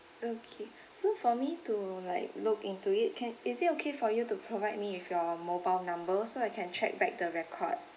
okay so for me to like look into it can is it okay for you to provide me with your mobile number so I can check back the record